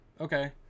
Okay